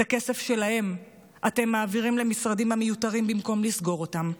את הכסף שלהם אתם מעבירים למשרדים המיותרים במקום לסגור אותם,